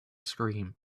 scream